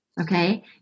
Okay